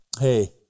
Hey